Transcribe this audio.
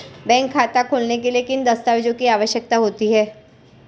Bank खाता खोलने के लिए किन दस्तावेज़ों की आवश्यकता होती है?